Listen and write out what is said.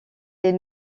est